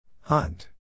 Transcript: Hunt